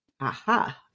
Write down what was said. aha